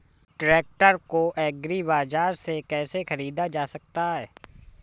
Tractor को agri बाजार से कैसे ख़रीदा जा सकता हैं?